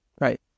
Right